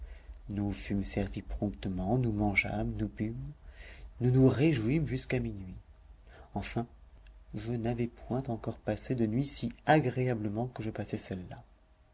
nous fûmes servis promptement nous mangeâmes nous bûmes nous nous réjouîmes jusqu'à minuit enfin je n'avais point encore passé de nuit si agréablement que je passai celle-là